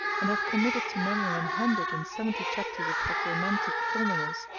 and have committed to memory an hundred and seventy chapters of egromantic formulas,